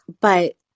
But-